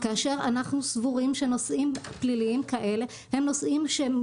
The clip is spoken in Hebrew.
כאשר אנחנו סבורים שנושאים פליליים כאלה הם נושאים שהם